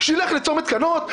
הוא ילך לצומת כנות,